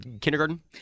Kindergarten